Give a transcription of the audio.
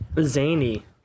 Zany